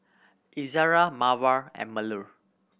Izara Mawar and Melur